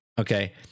Okay